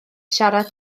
siarad